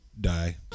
die